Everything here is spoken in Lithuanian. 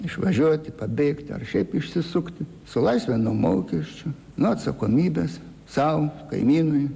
išvažiuoti pabėgti ar šiaip išsisukti su laisve nuo mokesčių nuo atsakomybės sau kaimynui